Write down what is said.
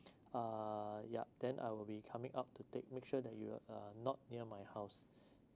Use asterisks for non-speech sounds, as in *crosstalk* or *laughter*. uh yup then I will be coming up to take make sure that you are uh not near my house *breath*